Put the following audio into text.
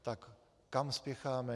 Tak kam spěcháme?